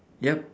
yup